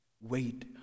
Wait